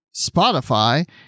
Spotify